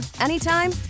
anytime